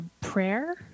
prayer